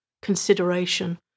consideration